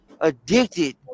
addicted